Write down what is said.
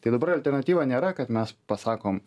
tai dabar alternatyva nėra kad mes pasakom